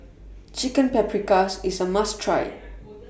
Chicken Paprikas IS A must Try